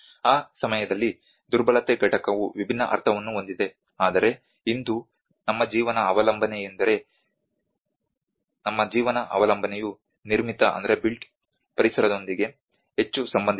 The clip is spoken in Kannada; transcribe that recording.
ಆ ಸಮಯದಲ್ಲಿ ದುರ್ಬಲತೆ ಘಟಕವು ವಿಭಿನ್ನ ಅರ್ಥವನ್ನು ಹೊಂದಿದೆ ಆದರೆ ಇಂದು ನಮ್ಮ ಜೀವನದ ಅವಲಂಬನೆ ಎಂದರೆ ನಮ್ಮ ಜೀವನ ಅವಲಂಬನೆಯು ನಿರ್ಮಿತ ಪರಿಸರದೊಂದಿಗೆ ಹೆಚ್ಚು ಸಂಬಂಧಿಸಿದೆ